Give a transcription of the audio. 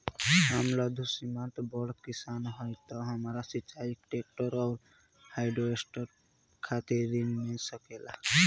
हम लघु सीमांत बड़ किसान हईं त हमरा सिंचाई ट्रेक्टर और हार्वेस्टर खातिर ऋण मिल सकेला का?